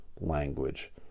language